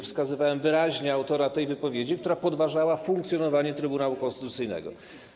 Wskazywałem wyraźnie autora tej wypowiedzi, która podważała funkcjonowanie Trybunału Konstytucyjnego.